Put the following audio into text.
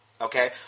Okay